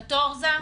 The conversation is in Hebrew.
קטורזה,